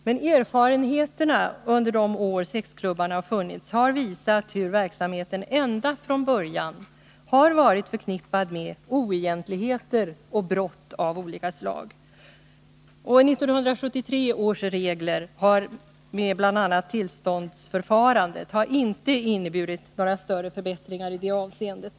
Men erfarenheterna under de år sexklubbarna har funnits har visat hur verksamheten ända från början har varit förknippad med oegentligheter och brott av olika slag. 1973 års regler med bl.a. tillståndsförfarande har inte inneburit några större förbättringar i det avseendet.